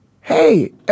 hey